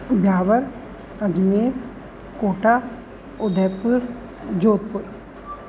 Beawar Ajmer Kota Udaipur Jodhpur